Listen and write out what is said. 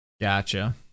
Gotcha